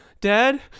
Dad